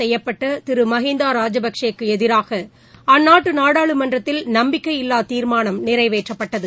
செய்யப்பட்டதிருமகிந்தாராஜபக்சேக்குஎதிராகஅந்நாட்டுநாடாளுமன்றத்தில் நம்பிக்கையில்லாதீர்மானம் நிறைவேற்றப்பட்டது